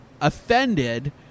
offended